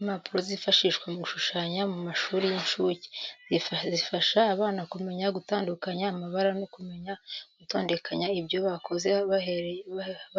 Impapuro zifashishwa mu gushushanya mu mashuri y'incuke. Zifasha abana kumenya gutandukanya amabara no kumenya gutondekanya ibyo bakoze